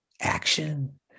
action